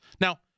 Now